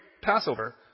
Passover